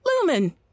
Lumen